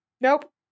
Nope